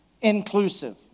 inclusive